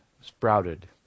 sprouted